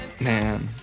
Man